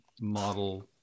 model